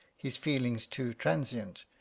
his feelings too transient,